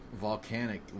Volcanic